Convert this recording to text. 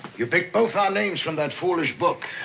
you picked both our names from that foolish book.